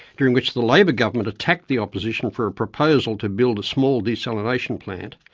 during which the labor government attacked the opposition for a proposal to build a small desalination plant,